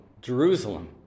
Jerusalem